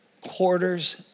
quarters